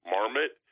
Marmot